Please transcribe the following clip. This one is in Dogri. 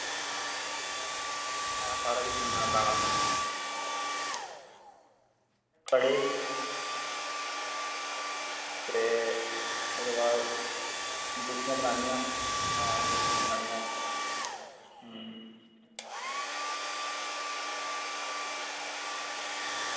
हां सारा किश सुन्ने दा बनाना कड़े ते ओह्दे बाद अंगुठियां बनानियां हां अंगुठियां बनानियां